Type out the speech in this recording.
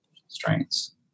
constraints